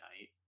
night